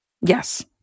Yes